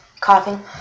Coughing